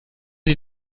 die